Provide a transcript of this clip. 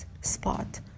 spot